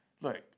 Look